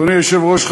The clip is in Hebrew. אדוני היושב-ראש,